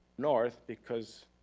north because